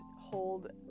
hold